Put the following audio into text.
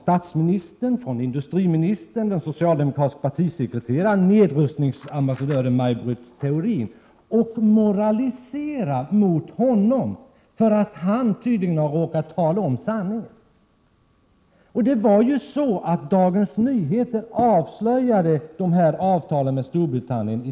Statsministern, industriministern, den socialdemokratiske partisekreteraren och nedrustningsambassadören Maj Britt Theorin moraliserar mot honom för att han tydligen har råkat säga sanningen. Det var Dagens Nyheter som i december förra året avslöjade dessa avtal med Storbritannien.